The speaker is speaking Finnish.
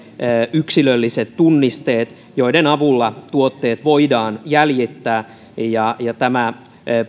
yksilölliset tunnisteet joiden avulla tuotteet voidaan jäljittää ja tämä